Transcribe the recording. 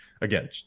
again